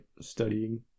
studying